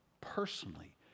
personally